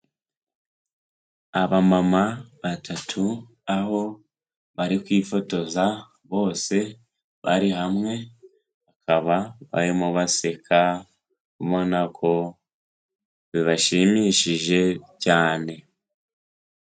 Abamama batatu aho bari kwifotoza bose bari hamwe, bakaba barimo baseka ubona ko bibashimishije cyane.